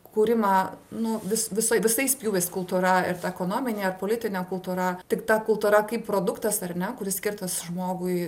kūrimą nu vis visai visais pjūviais kultūra ir ta ekonominė ir politinė kultūra tik ta kultūra kaip produktas ar ne kuris skirtas žmogui